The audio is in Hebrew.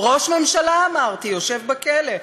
ראש ממשלה, אמרתי, יושב בכלא.